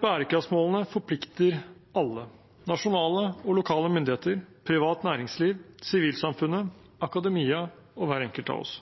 Bærekraftsmålene forplikter alle: nasjonale og lokale myndigheter, privat næringsliv, sivilsamfunnet, akademia og hver enkelt av oss.